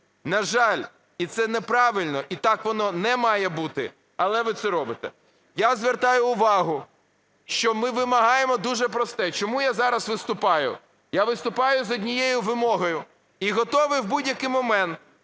на жаль, і це неправильно, і так воно не має бути, але ви це робите. Я звертаю увагу, що ми вимагаємо дуже просте. Чому я зараз виступаю? Я виступаю з однією вимогою і готовий в будь-який момент